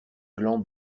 gland